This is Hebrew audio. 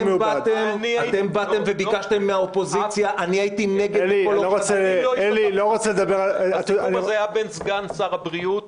אתם באתם וביקשתם מהאופוזיציה -- -הסיכום הזה היה בין סגן שר הבריאות